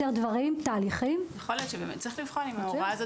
לפשט תהליכים- -- צריך לבחון אם ההוראה הזו